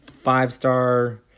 five-star